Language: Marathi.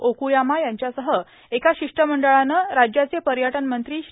ओक्यामा यांच्यासह एका शिष्टमंडळानं राज्याचे पर्यटन मंत्री श्री